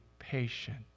patient